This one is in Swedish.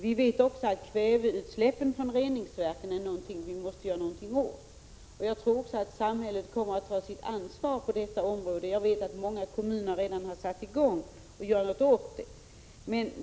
Vi vet också att vi måste göra någonting åt kväveutsläppen från reningsverken, och jag tror att samhället kommer att ta ansvar på detta område. Många kommuner har redan satt i gång att göra någonting åt det.